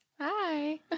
Hi